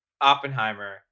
Oppenheimer